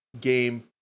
game